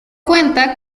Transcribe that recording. cuenta